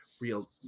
real